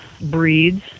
breeds